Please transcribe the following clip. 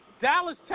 Dallas